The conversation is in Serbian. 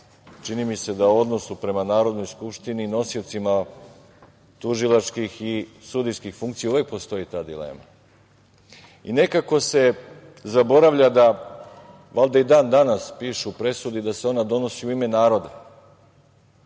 Čini mi se da u odnosu prema Narodnoj skupštini nosiocima tužilačkih i sudijskih funkcija uvek postoji ta dilema. Nekako se zaboravlja da, valjda i dan danas piše u presudi da se ona donosi u ime naroda.